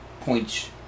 points